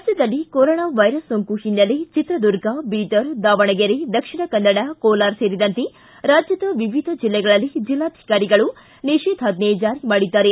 ರಾಜ್ಯದಲ್ಲಿ corona virus ಸೋಂಕು ಹಿನ್ನೆಲೆ ಚಿತ್ರದುರ್ಗ ಬೀದರ್ ದಾವಣಗೆರೆ ದಕ್ಷಿಣ ಕನ್ನಡ ಕೋಲಾರ ಸೇರಿದಂತೆ ರಾಜ್ಯದ ವಿವಿಧ ಜಿಲ್ಲೆಗಳಲ್ಲಿ ಜಿಲ್ಲಾಧಿಕಾರಿಗಳು ನಿಷೇಧಾಜ್ಞೆ ಜಾರಿ ಮಾಡಿದ್ದಾರೆ